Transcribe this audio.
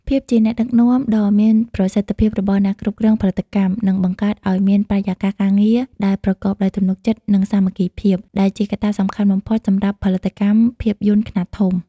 ភាពជាអ្នកដឹកនាំដ៏មានប្រសិទ្ធភាពរបស់អ្នកគ្រប់គ្រងផលិតកម្ម នឹងបង្កើតឱ្យមានបរិយាកាសការងារដែលប្រកបដោយទំនុកចិត្ត និងសាមគ្គីភាព ដែលជាកត្តាសំខាន់បំផុតសម្រាប់ផលិតកម្មភាពយន្តខ្នាតធំ។